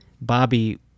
Bobby